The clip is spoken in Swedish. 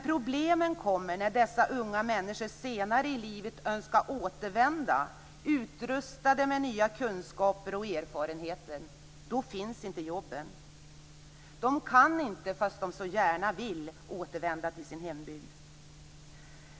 Problemen kommer när dessa unga människor senare i livet önskar återvända utrustade med nya kunskaper och erfarenheter. Då finns inte jobben. De kan inte, fast de så gärna vill, återvända till sin hembygd.